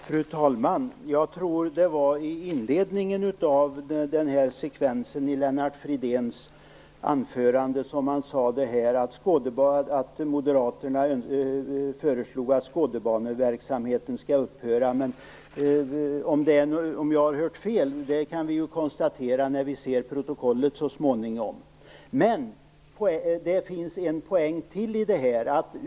Fru talman! Jag tror att det var i inledningen av denna sekvens i Lennart Fridéns anförande som han sade att Moderaterna föreslog att Skådebaneverksamheten skall upphöra. När vi ser protokollet så småningom kan vi konstatera om jag hört fel. Det finns en poäng till i det här.